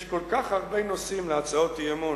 יש כל כך הרבה נושאים אחרים להצעות אי-אמון.